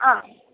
आम्